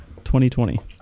2020